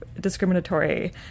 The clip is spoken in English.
discriminatory